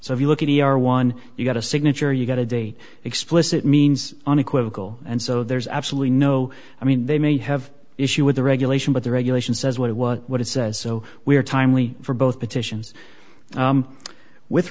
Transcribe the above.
so if you look at e r one you got a signature you got a date explicit means unequivocal and so there's absolutely no i mean they may have issue with the regulation but the regulation says what it what it says so we are timely for both petitions with